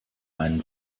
einen